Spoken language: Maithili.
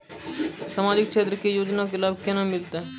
समाजिक क्षेत्र के योजना के लाभ केना मिलतै?